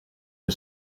que